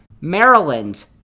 Maryland